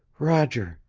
roger,